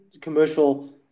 commercial